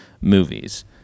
movies